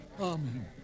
Amen